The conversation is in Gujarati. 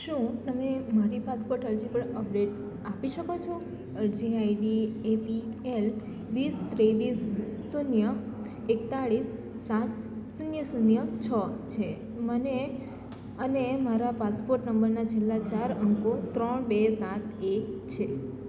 શું તમે મારી પાસપોર્ટ અરજી પર અપડેટ આપી શકો છો અરજી આઈડી એપીએલ વીસ ત્રેવીસ શૂન્ય એકતાળીસ સાત શૂન્ય શૂન્ય છ છે મને અને મારા પાસપોર્ટ નંબરના છેલ્લા ચાર અંકો ત્રણ બે સાત એક છે